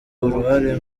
uruhare